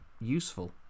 useful